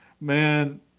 Man